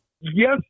Yes